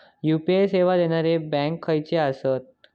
UPI सेवा देणारे bank खयचे आसत?